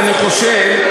אני חושב,